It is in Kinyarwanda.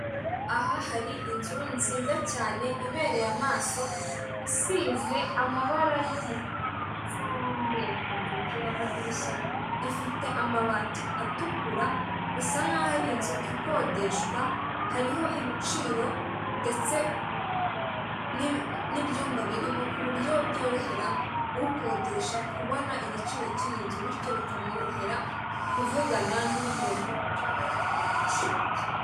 Aha hari inzu nziza cyane ibereye amaso isize amabara y'umukara ndetse n'umweru ku nzugi n'amadirishya, ifite amabati atukura, bisa nk' aho ari inzu ikodeshwa, hariho ibiciro ndetse n'ibyumba birimo, ku buryo byorohera ukodesha kubona igiciro cy'iyi nzu bityo bikamworohera kuvugana n'umuntu ushaka gukodesha inzu.